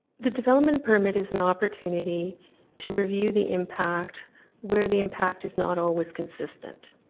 the development permit is an opportunity to review the impact where the impact is not always consistent.